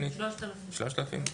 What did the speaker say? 3,000. 3,000?